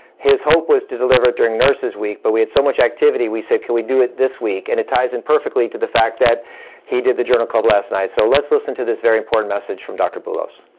his hope was to deliver it during nurse's week, but we had so much activity, we said, can we do it this week? and it ties in perfectly to the fact that he did the journal club last night. so let's listen to this very important message from dr. boulos.